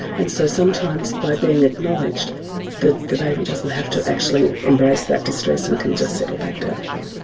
and so sometimes by being acknowledged that the baby doesn't have to actually embrace that distress and can just settle back down again.